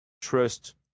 trust